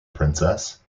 princess